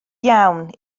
iawn